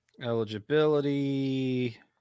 Eligibility